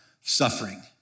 suffering